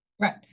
Right